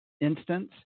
instance